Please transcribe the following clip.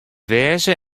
wêze